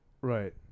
Right